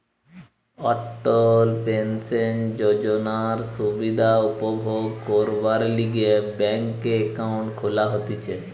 অটল pension যোজনার সুবিধা উপভোগ করবার লিগে ব্যাংকে একাউন্ট খুলা হতিছে